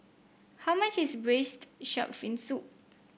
how much is Braised Shark Fin Soup